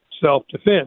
self-defense